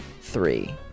three